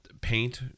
paint